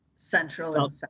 Central